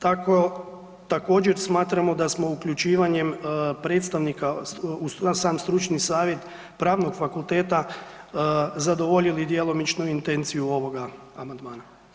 Također smatramo da smo uključivanjem predstavnika na sam stručni savjet Pravnog fakulteta zadovoljili djelomično intenciju ovoga amandmana.